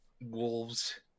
wolves